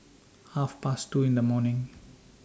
Half Past two in The morning